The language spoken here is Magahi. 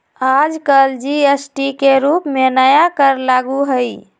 आजकल जी.एस.टी के रूप में नया कर लागू हई